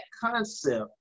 concept